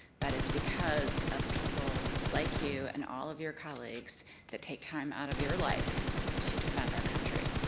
but it's because of people like you and all of your colleagues that take time out of your life to defend our country.